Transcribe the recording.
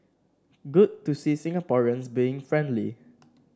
good to see Singaporeans being friendly